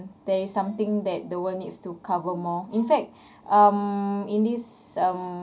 there is something that the world needs to cover more in fact um in this um